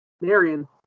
Marion